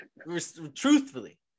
truthfully